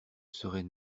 serait